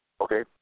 Okay